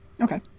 Okay